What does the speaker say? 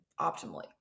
optimally